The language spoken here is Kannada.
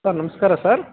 ಸರ್ ನಮಸ್ಕಾರ ಸರ್